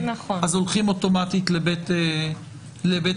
אז הולכים אוטומטית לבית המשפט,